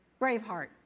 Braveheart